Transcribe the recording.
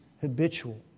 habitual